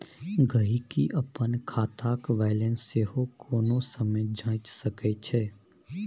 गहिंकी अपन खातक बैलेंस सेहो कोनो समय जांचि सकैत छै